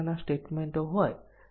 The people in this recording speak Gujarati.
હવે B વિશે શું